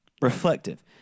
Reflective